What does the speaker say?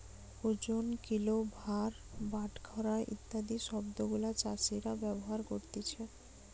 ওজন, কিলো, ভার, বাটখারা ইত্যাদি শব্দ গুলা চাষীরা ব্যবহার করতিছে